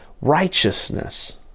righteousness